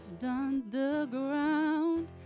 underground